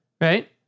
right